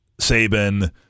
Saban